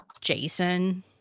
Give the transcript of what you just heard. Jason